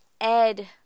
ed